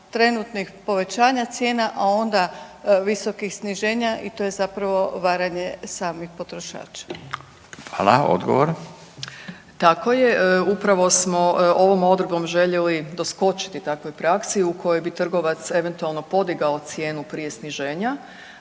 trenutnih povećanja cijena, a onda visokih sniženja i to je zapravo varanje samih potrošača. **Radin, Furio (Nezavisni)** Hvala. Odgovor. **Mikuš Žigman, Nataša** Tako je, upravo smo ovom odredbom željeli doskočiti takvoj praksi u kojoj bi trgovac eventualno podigao cijenu prije sniženja,